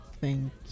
Thank